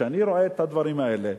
כשאני רואה את הדברים האלה,